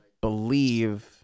believe